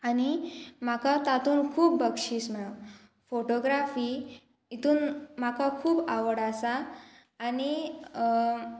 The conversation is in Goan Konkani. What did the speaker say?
आनी म्हाका तातूंत खूब बक्षीस मेळो फोटोग्राफी हितून म्हाका खूब आवड आसा आनी